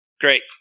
Great